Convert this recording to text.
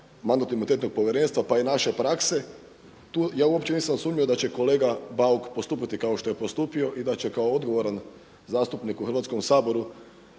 Mandatno-imunitetno povjerenstva pa i naše prakse. Tu ja uopće nisam sumnjao da će kolega Bauk postupati kao što je postupio i da će kao odgovoran zastupnik u Hrvatskom saboru